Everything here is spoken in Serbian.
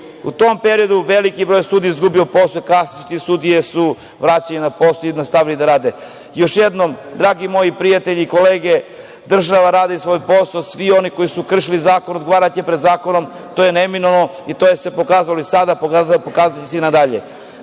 U tom periodu veliki broj sudija je izgubio posao. Kasnije su te sudije vraćene na posao i nastavili su da rade. Još jednom, dragi moji prijatelji, kolege, država radi svoj posao. Svi oni koji su kršili zakon odgovaraće pred zakonom. To je neminovno i to se pokazalo i sada, pokazaće se i na